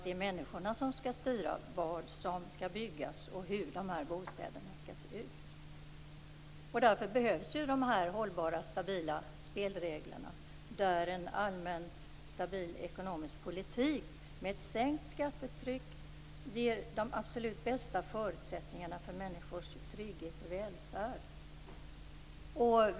Det är människorna som skall styra vad som skall byggas och hur bostäderna skall se ut. Därför behövs de hållbara stabila spelreglerna där en stabil ekonomisk politik med ett sänkt skattetryck ger de absolut bästa förutsättningarna för människors trygghet och välfärd.